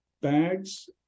bags